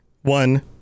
one